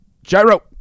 Gyro